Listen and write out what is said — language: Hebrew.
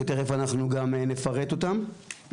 שתיכף אנחנו גם נפרט אותם.